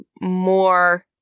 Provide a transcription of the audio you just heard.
more